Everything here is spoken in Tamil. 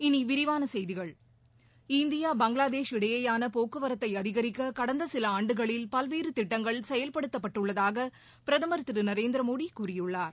இனி விரிவான செய்திகள் இந்தியா பங்களாதேஷ் இடையேயான போக்குவரத்தை அதிகரிக்க கடந்த சில ஆண்டுகளில் பல்வேறு திட்டங்கள் செயல்படுத்தப்பட்டுள்ளதாக பிரதமர் திரு நரேந்திரமோடி கூறியுள்ளார்